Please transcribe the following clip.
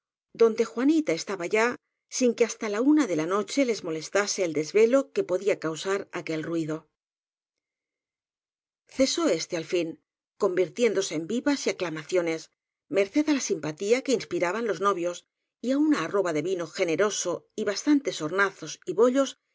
donde juani ta estaba ya sin que hasta la una de la noche les molestase el desvelo que podía causar aquel ruido cesó éste al fin convirtiéndose en vivas y aclama ciones merced á la simpatía que inspiraban los novios y á una arroba de vino generoso y á bas tantes hornazos y bollos que